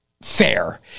fair